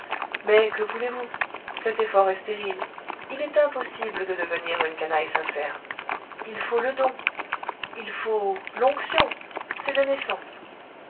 mais que voulez-vous cet effort est stérile il est impossible de devenir une canaille sincère il faut le don il faut l'onction c'est de naissance